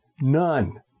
None